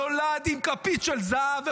נולד עם כפית של זהב,